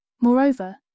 Moreover